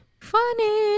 Funny